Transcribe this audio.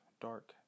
dark